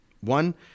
One